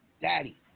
daddy